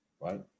Right